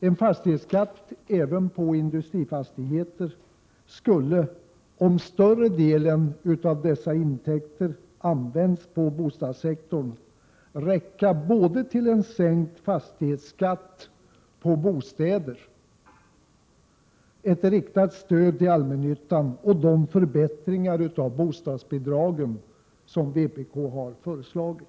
En fastighetsskatt även på industrifastigheter skulle, om större delen av intäkterna användes på bostadssektorn, räcka till en sänkt fastighetsskatt på bostäder, till ett riktat stöd till allmännyttan och till de förbättringar av bostadsbidragen som vpk föreslagit.